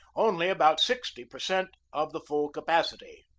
only about sixty per cent of the full capacity.